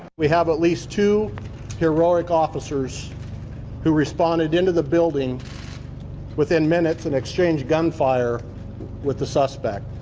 we have at least two heroic officers who responded into the building within minutes and exchanged gunfire with the suspect.